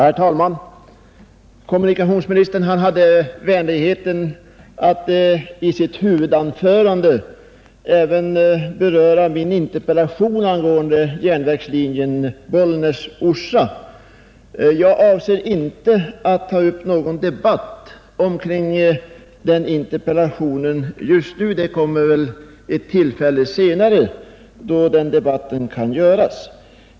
Herr talman! Kommunikationsministern hade vänligheten att i sitt huvudanförande även beröra min interpellation angående järnvägslinjen Bollnäs—-Orsa. Jag avser inte att ta upp någon debatt omkring den interpellationen just nu — det kommer väl ett tillfälle senare, då den debatten kan föras.